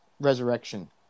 Resurrection